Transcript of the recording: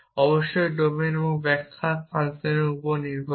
অবশ্যই ডোমিন এবং ব্যাখ্যা ফাংশনের উপর নির্ভর করে